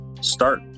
start